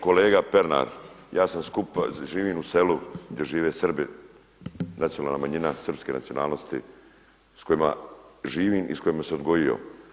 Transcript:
Kolega Pernar, ja sam skupa, živim u selu gdje žive Srbi, nacionalna manjina srpske nacionalnosti s kojima živim i s kojima se odgojio.